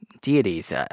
deities